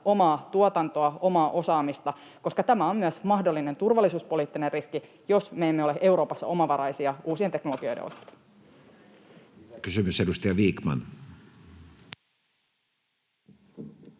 omaa tuotantoa, omaa osaamista, koska tämä on myös mahdollinen turvallisuuspoliittinen riski, jos me emme ole Euroopassa omavaraisia uusien teknologioiden osalta. Lisäkysymys, edustaja Vikman.